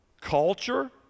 Culture